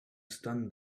stunned